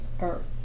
earth